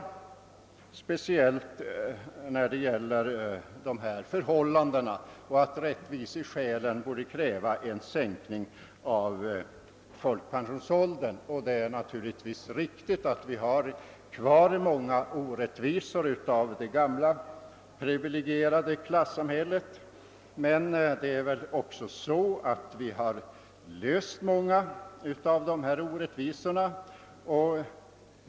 Det har i debatten talats om rättvisa och att rättviseskäl motiverar en sänkning av pensionsåldern. Det är riktigt att det fortfarande finns kvar orättvisor från det gamla privilegiesamhället. Men vi har också lyckats avskaffa många orättvisor.